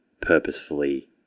purposefully